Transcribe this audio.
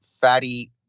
fatty